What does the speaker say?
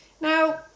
Now